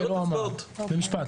במשפט,